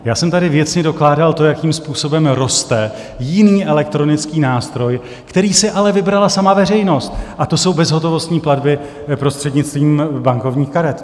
Já jsem tady věcně dokládal to, jakým způsobem roste jiný elektronický nástroj, který si ale vybrala sama veřejnost, a to jsou bezhotovostní platby prostřednictvím bankovních karet.